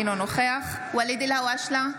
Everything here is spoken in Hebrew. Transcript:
אינו נוכח ואליד אלהואשלה,